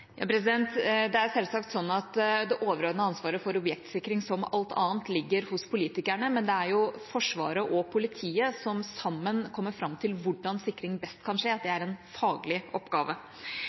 Det er selvsagt sånn at det overordnede ansvaret for objektsikring, som alt annet, ligger hos politikerne, men det er Forsvaret og politiet som sammen kommer fram til hvordan sikring best kan skje. Det er en faglig oppgave.